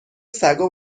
سگا